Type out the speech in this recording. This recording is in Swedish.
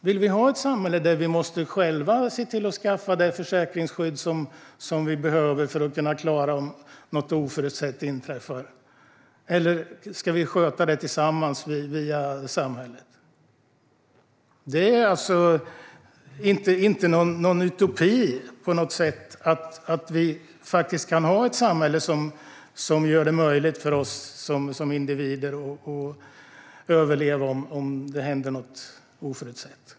Vill vi ha ett samhälle där vi själva måste se till att skaffa det försäkringsskydd vi behöver för att kunna klara om något oförutsett inträffar, eller ska vi sköta det tillsammans via samhället? Det är inte någon utopi att vi kan ha ett samhälle som gör det möjligt för oss som individer att överleva om det händer något oförutsett.